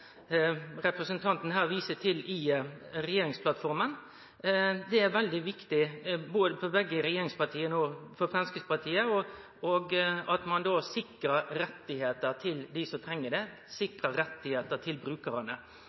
representanten her viser til i regjeringsplattforma. Det er veldig viktig for begge regjeringspartia – og for Framstegspartiet – at ein sikrar rettane til dei som treng det og sikrar rettane til brukarane.